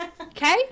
Okay